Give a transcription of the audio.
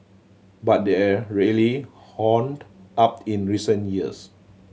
but there really honed up in recent years